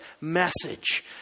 message